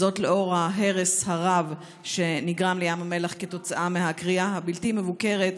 וזאת לנוכח ההרס הרב שנגרם לים המלח כתוצאה מהכרייה הבלתי-מבוקרת,